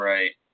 Right